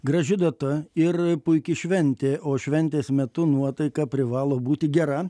graži data ir puiki šventė o šventės metu nuotaika privalo būti gera